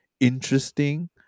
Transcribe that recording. interesting